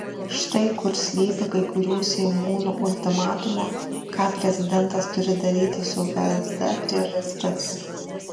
štai kur slypi kai kurių seimūnų ultimatumo ką prezidentas turi daryti su vsd priežastis